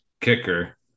kicker